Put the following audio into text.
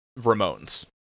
Ramones